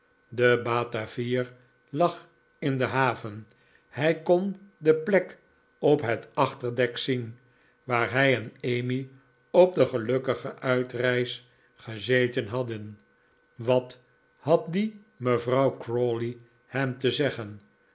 de batavier lag in de haven hij kon de plek op het achterdek zien waar hij en emmy op de gelukkige uitreis gezeten hadden wat had die mevrouw crawley hem te zeggen